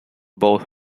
both